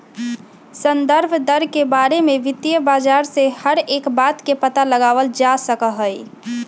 संदर्भ दर के बारे में वित्तीय बाजार से हर एक बात के पता लगावल जा सका हई